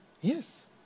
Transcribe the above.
yes